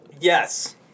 Yes